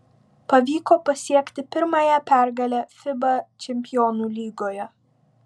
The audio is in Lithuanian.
pavyko pasiekti pirmąją pergalę fiba čempionų lygoje